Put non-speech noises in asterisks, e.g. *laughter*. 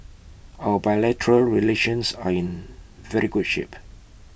our *unintelligible* relations are in very good shape